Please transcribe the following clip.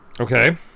Okay